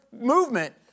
movement